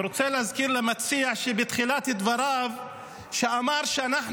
ורוצה להזכיר למציע שבתחילת דבריו אמר שאנחנו